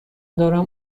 دارم